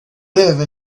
live